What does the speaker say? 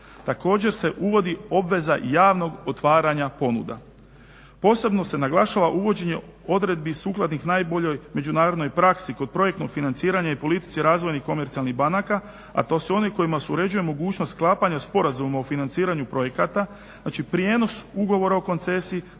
Također se uvodi obveza javnog otvaranja ponuda. Posebno se naglašava uvođenje odredbi sukladnih najboljoj međunarodnoj praksi kod projektnog financiranja i politici razvojnih komercijalnih banaka, a to su one kojima se uređuje mogućnost sklapanja sporazuma o financiranju projekata, znači prijenos ugovora o koncesiji